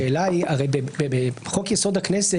הרי בחוק-יסוד: הכנסת,